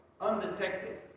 undetected